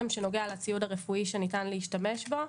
שנוגע לציוד הרפואי שניתן להשתמש בו.